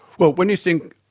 well, when you think,